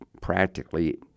practically